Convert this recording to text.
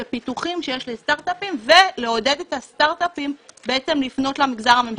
בפיתוחים שיש לסטרטאפים ולעודד את הסטרטאפים בעצם לפנות למגזר הממשלתי.